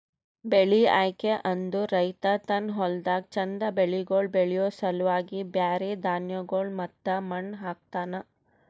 ಬೆಳಿ ಆಯ್ಕೆ ಅಂದುರ್ ರೈತ ತನ್ನ ಹೊಲ್ದಾಗ್ ಚಂದ್ ಬೆಳಿಗೊಳ್ ಬೆಳಿಯೋ ಸಲುವಾಗಿ ಬ್ಯಾರೆ ಧಾನ್ಯಗೊಳ್ ಮತ್ತ ಮಣ್ಣ ಹಾಕ್ತನ್